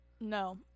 No